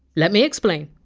let me explain.